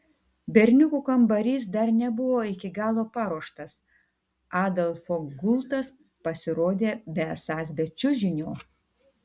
berniukų kambarys dar nebuvo iki galo paruoštas adolfo gultas pasirodė besąs be čiužinio